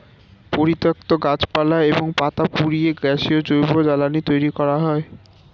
পরিত্যক্ত গাছপালা এবং পাতা পুড়িয়ে গ্যাসীয় জৈব জ্বালানি তৈরি করা হয়